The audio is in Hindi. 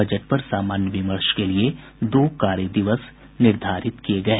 बजट पर सामान्य विमर्श के लिए दो कार्य दिवस निर्धारित किये गये हैं